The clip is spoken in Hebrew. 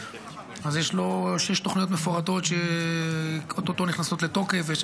יש לו שש תוכניות מפורטות שאו-טו-טו נכנסות לתוקף ויש